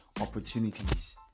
opportunities